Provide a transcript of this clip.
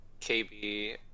KB